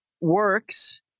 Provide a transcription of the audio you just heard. works